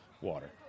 Water